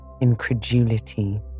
incredulity